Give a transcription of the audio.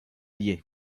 alliés